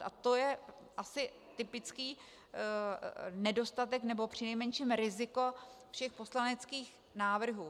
A to je asi typický nedostatek, nebo přinejmenším riziko všech poslaneckých návrhů.